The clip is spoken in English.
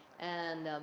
and,